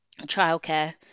childcare